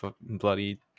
bloody